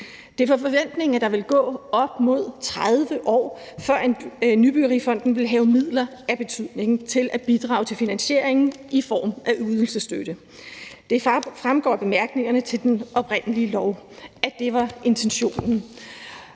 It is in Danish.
Det var forventningen, at der ville gå op mod 30 år, førend Nybyggerifonden ville have midler af betydning til at bidrage til finansieringen i form af ydelsesstøtte. Det fremgår af bemærkningerne til den oprindelige lov, at det var intentionen,